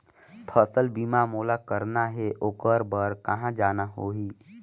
फसल बीमा मोला करना हे ओकर बार कहा जाना होही?